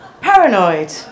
paranoid